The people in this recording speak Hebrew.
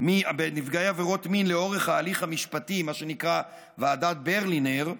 מין לאורך ההליך המשפטי, מה שנקרא ועדת ברלינר,